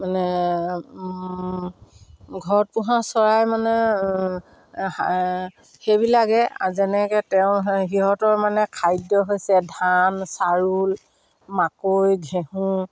মানে ঘৰত পোহা চৰাই মানে সেইবিলাকে যেনেকৈ তেওঁ সিহঁতৰ মানে খাদ্য হৈছে ধান চাউল মাকৈ ঘেঁহু